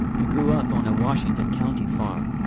who grew up on a washington county farm,